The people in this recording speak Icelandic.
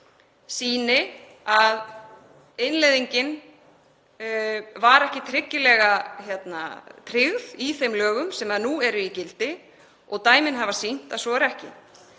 tíma, sýni að innleiðingin var ekki tryggilega tryggð í þeim lögum sem nú eru í gildi og dæmin hafa sýnt að svo er ekki.